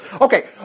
okay